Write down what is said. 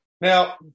Now